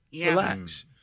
relax